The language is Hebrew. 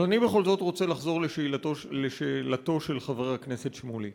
אבל אני בכל זאת רוצה לחזור לשאלתו של חבר הכנסת שמולי.